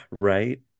Right